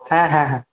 হ্যাঁ হ্যাঁ হ্যাঁ